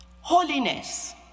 Holiness